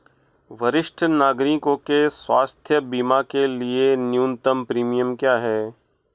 वरिष्ठ नागरिकों के स्वास्थ्य बीमा के लिए न्यूनतम प्रीमियम क्या है?